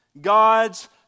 God's